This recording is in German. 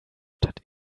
stadt